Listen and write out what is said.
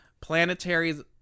planetary